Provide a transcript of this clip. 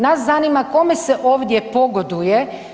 Nas zanima kome se ovdje pogoduje?